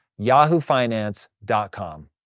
yahoofinance.com